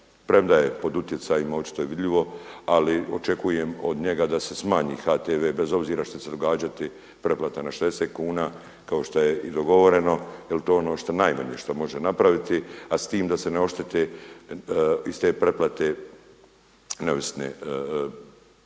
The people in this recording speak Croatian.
premda je pod utjecajima, očito je vidljivo, ali očekujem od njega da se smanji HTV bez obzira što će se događati pretplata na 60 kuna kao što je i dogovoreno. Jer to je ono najmanje što može napraviti, a s tim da se ne oštete iz te pretplate neovisne medijska